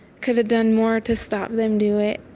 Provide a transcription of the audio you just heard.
could have done more to stop them do it.